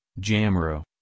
jamro